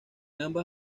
ambas